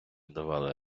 давали